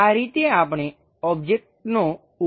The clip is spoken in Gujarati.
આ રીતે આપણે ઓબ્જેક્ટનો ઉપરનો દેખાવ જોઈએ છીએ